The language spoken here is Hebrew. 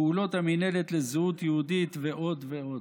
פעולות המינהלת לזהות יהודית ועוד ועוד.